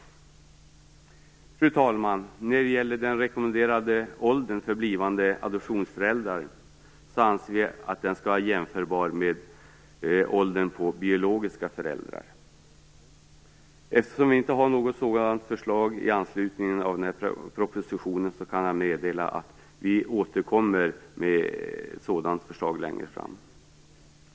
Fru talman! När det gäller den rekommenderade åldern för blivande adoptivföräldrar anser vi att den skall vara jämförbar med åldern på biologiska föräldrar. Eftersom vi inte har något sådant förslag i anslutning till den här propositionen kan jag meddela att vi återkommer med ett sådant förslag längre fram.